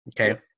Okay